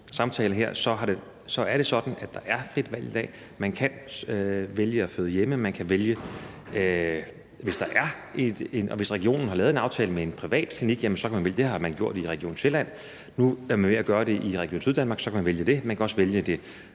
samtale her, er det sådan, at der er frit valg i dag. Man kan vælge at føde hjemme, og hvis regionen har lavet en aftale med en privat klinik – det har man gjort i Region Sjælland, og nu er man ved at gøre det i Region Syddanmark – så kan man vælge det. Man kan også vælge det